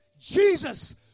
Jesus